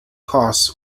costs